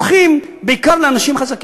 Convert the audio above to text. הולך בעיקר לאנשים החזקים.